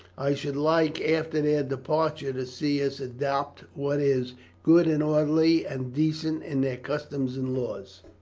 i should like after their departure to see us adopt what is good and orderly and decent in their customs and laws.